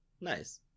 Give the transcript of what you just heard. Nice